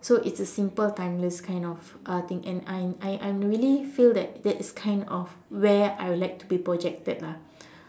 so it's a simple timeless kind of uh thing and I'm I'm really feel that that is kind of where I would like to be projected lah